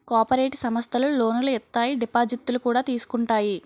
cooperative సమస్థలు లోనులు ఇత్తాయి దిపాజిత్తులు కూడా తీసుకుంటాయి